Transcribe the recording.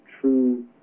true